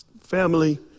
family